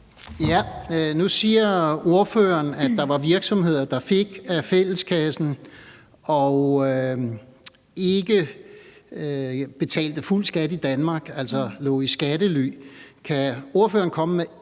Nu siger ordføreren, at der var virksomheder, der fik af fælleskassen og ikke betalte fuld skat i Danmark, altså lå i skattely. Kan ordføreren komme med